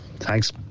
Thanks